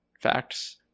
facts